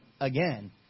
again